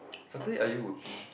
Saturday are you working